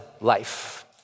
life